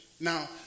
Now